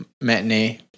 Matinee